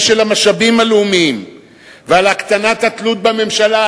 של המשאבים הלאומיים ועל הקטנת התלות בממשלה,